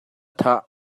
thah